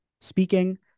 speaking